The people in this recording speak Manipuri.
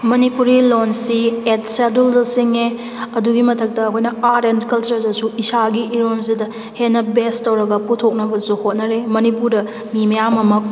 ꯃꯅꯤꯄꯨꯔꯤ ꯂꯣꯟꯁꯤ ꯑꯩꯠ ꯁꯦꯗꯨꯜꯗ ꯆꯤꯡꯉꯦ ꯑꯗꯨꯒꯤ ꯃꯊꯛꯇ ꯑꯩꯈꯣꯏꯅ ꯑꯥꯔꯠ ꯑꯦꯟ ꯀꯜꯆꯔꯗꯁꯨ ꯏꯁꯥꯒꯤ ꯏꯔꯣꯟꯁꯤꯗ ꯍꯦꯟꯅ ꯕꯦꯖ ꯇꯧꯔꯒ ꯄꯨꯊꯣꯛꯅꯕꯁꯨ ꯍꯣꯠꯅꯔꯤ ꯃꯅꯤꯄꯨꯔꯗ ꯃꯤ ꯃꯌꯥꯝ ꯑꯃ